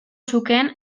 zukeen